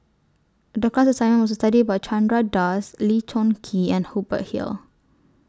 The class assignment was to study about Chandra Das Lee Choon Kee and Hubert Hill